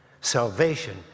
salvation